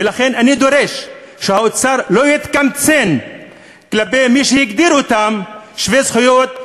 ולכן אני דורש שהאוצר לא יתקמצן כלפי מי שהוא הגדיר אותם שווי זכויות,